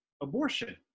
abortion